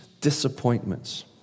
disappointments